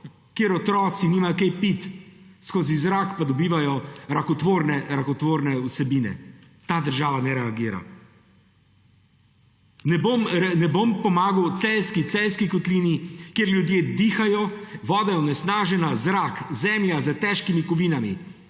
kjer otroci nimajo kaj piti, skozi zrak pa dobivajo rakotvorne vsebine. Ta država ne reagira. Ne bom pomagal Celjski kotlini, kjer ljudje dihajo, voda je onesnažena, zrak, zemlja s težkimi kovinami.